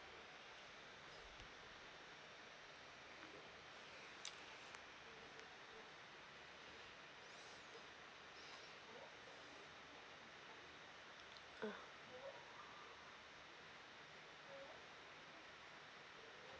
ah